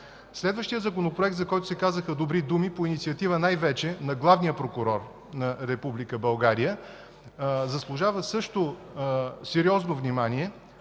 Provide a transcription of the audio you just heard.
Следващият Законопроект, за който се казаха добри думи, по инициатива най-вече на главния прокурор на Република България, заслужава също сериозно внимание.